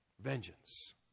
vengeance